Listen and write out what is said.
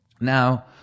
Now